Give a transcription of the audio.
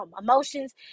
emotions